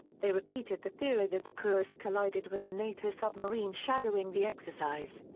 they repeated the theory that the kursk collided with a nato submarine shadowing the exercise.